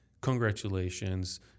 Congratulations